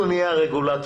אנחנו נהיה הרגולטורים.